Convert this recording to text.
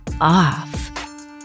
off